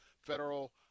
federal